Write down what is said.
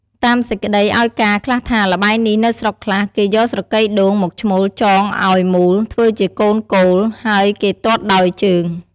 តាមសេចក្តីឲ្យការណ៍ខ្លះថា ល្បែងនេះនៅស្រុកខ្លះ គេយកស្រកីដូងមកឆ្មូលចងឲ្យមូលធ្វើជាកូនគោល ហើយគេទាត់ដោយជើង។